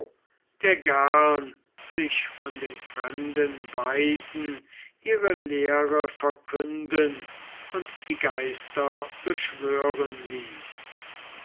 der gern sich von den fremden weisen ihre lehre verkünden und die geister beschwören ließ